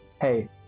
Hey